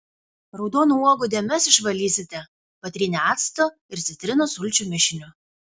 raudonų uogų dėmes išvalysite patrynę acto ir citrinos sulčių mišiniu